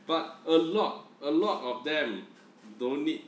but a lot a lot of them don't need